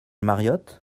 mariott